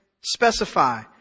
specify